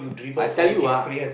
I tell you ah